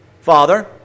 Father